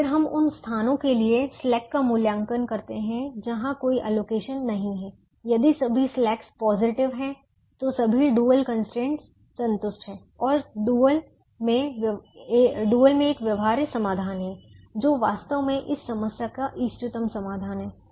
और फिर हम उन स्थानों के लिए स्लैक का मूल्यांकन करते हैं जहां कोई एलोकेशन नहीं हैं यदि सभी स्लैक्स पॉजिटिव हैं तो सभी डुअल कंस्ट्रेंट्स संतुष्ट हैं और डुअल में एक व्यवहार्य समाधान है जो वास्तव में इस समस्या का इष्टतम समाधान है